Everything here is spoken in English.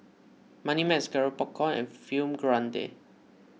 Moneymax Garrett Popcorn and Film Grade